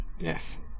Yes